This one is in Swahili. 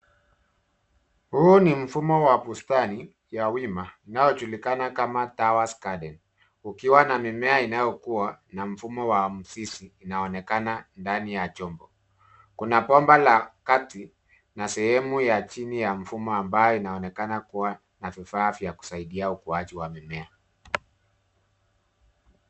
Huu ni mfumo wa bustani ya wima inayojulikana kama Towers garden ukiwa na mimea inayokuwa na mfumo wa mzizi inaonekana ndani ya chombo. Kuna bomba la kati na sehemu ya chini ya mfumo ambayo inaonekana kuwa na vifaa vya kusaidia ukuaji wa mimea.